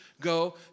go